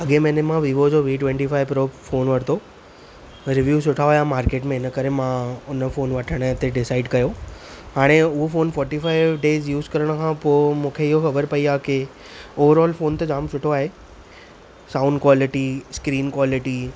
अॻिए महीने मां वीवो जो V twenty five pro phone वठितो रिव्यू सुठा हुया मार्केट में हिन करे मां हुन फ़ोन वठणु ते डिसाइड कयो हाणे उहो phone forty five days use करणु खां पोइ मूंखे इहो ख़बरु पई आहे की ओवर ऑल फोन त जाम सुठो आहे साउंड क्वालिटी स्क्रीन क्वालिटी